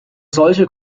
solche